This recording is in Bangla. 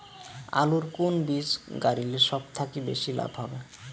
আলুর কুন বীজ গারিলে সব থাকি বেশি লাভ হবে?